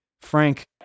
frank